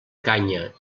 canya